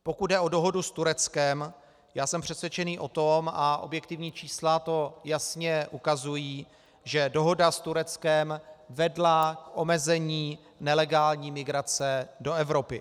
Pokud jde o dohodu s Tureckem, jsem přesvědčený o tom, a objektivní čísla to jasně ukazují, že dohoda s Tureckem vedla k omezení nelegální migrace do Evropy.